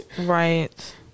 Right